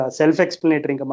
self-explanatory